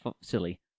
silly